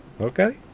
Okay